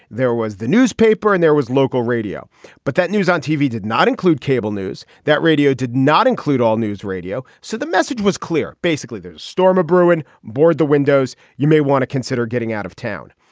there was the newspaper and there was local radio but that news on tv did not include cable news that radio did not include all news radio. so the message was clear basically there's a storm a brewing board the windows. you may want to consider getting out of town.